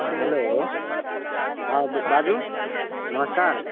हँ हेलो हँ बाजू नमस्कार